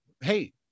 hey